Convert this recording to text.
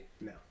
No